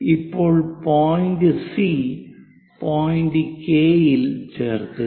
ഇപ്പോൾ point C point K യിൽ ചേർക്കുക